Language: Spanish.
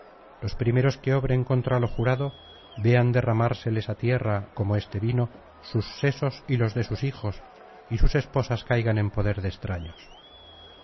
los primeros que obren contra lo jurado vean derramárseles á tierra como este vino sus sesos y los de sus hijos y sus esposas caigan en poder de extraños